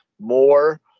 more